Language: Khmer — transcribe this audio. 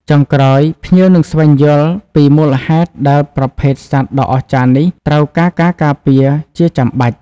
ចុងក្រោយ ភ្ញៀវនឹងស្វែងយល់ពី មូលហេតុដែលប្រភេទសត្វដ៏អស្ចារ្យនេះត្រូវការការការពារជាចាំបាច់។